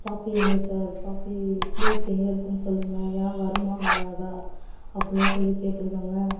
பாப்பி எங்கே சார் பாப்பி ப்ளீஸ் எங்கே இருக்குன்னு சொல்லுங்கள் ஏன் வருமா வராதா அப்படிலாம் சொல்லி கேட்டிருக்காங்க